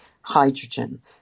hydrogen